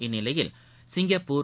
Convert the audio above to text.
இந்நிலையில் சிங்கப்பூர்